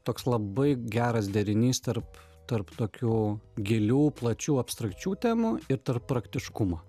toks labai geras derinys tarp tarp tokių gilių plačių abstrakčių temų ir tarp praktiškumo